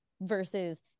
versus